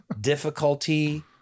difficulty